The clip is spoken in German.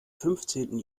fünfzehnten